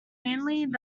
mainly